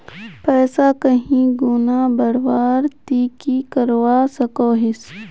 पैसा कहीं गुणा बढ़वार ती की करवा सकोहिस?